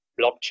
blockchain